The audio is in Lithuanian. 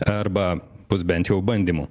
arba bus bent jau bandymų